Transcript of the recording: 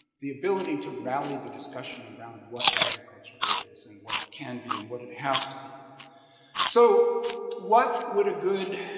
the ability to rally the discussion and around what agriculture is and what it can be and what it has to be so what would a good?